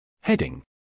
Heading